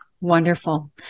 Wonderful